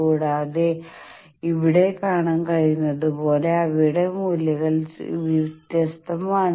കൂടാതെ ഇവിടെ കാണാൻ കഴിയുന്നതുപോലെ അവയുടെ മൂല്യങ്ങൾ വ്യത്യസ്തമാണ്